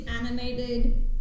animated